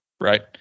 Right